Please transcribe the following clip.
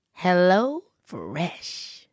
HelloFresh